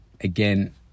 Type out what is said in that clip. again